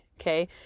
Okay